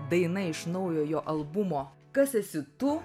daina iš naujojo albumo kas esi tu